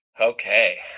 Okay